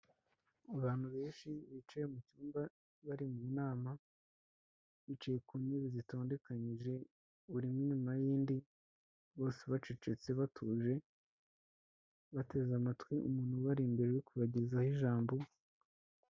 Abantu benshi bicaye mu cyumba bari mu nama, bicaye ku ntebe zitondekanyije buri imwe inyuma y'indi, bose bacecetse batuje bateze amatwi umuntu ubari imbere uri kubagezaho ijambo.